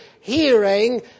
hearing